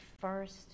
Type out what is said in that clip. first